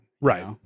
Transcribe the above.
Right